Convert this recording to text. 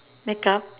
makeup